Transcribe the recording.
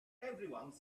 everyone